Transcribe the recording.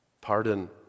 pardon